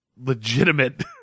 legitimate